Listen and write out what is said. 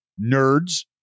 nerds